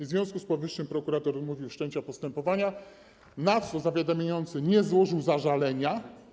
W związku z powyższym prokurator odmówił wszczęcia postępowania, na co zawiadamiający nie złożył zażalenia.